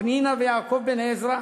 פנינה ויעקב בן-עזרא,